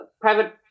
private